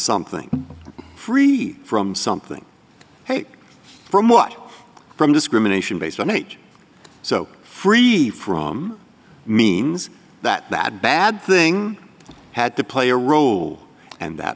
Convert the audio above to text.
something free from something from what from discrimination based on age so free from means that that bad thing had to play a role and that